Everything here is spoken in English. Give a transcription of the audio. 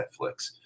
Netflix